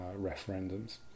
referendums